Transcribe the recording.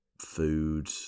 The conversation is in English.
food